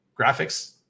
graphics